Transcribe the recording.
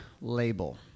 label